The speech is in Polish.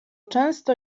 często